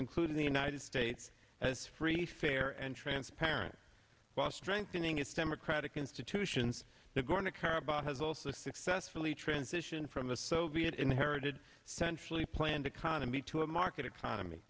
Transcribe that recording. including the united states as free fair and transparent while strengthening its democratic institutions they're going to care about has also successfully transition from a soviet inherited centrally planned economy to a market economy